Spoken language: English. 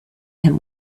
him